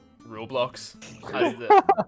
Roblox